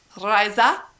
Raisa